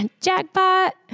jackpot